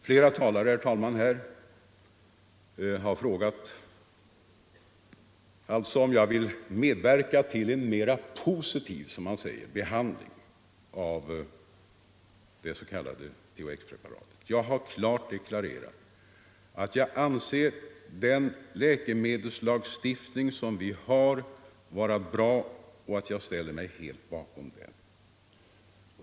Flera talare, herr talman, har frågat om jag vill medverka till en, som man säger, mera positiv behandling av THX-preparatet. Jag har klart deklarerat att jag anser den läkemedelslagstiftning som vi har vara bra och att jag ställer mig helt bakom den.